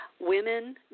Women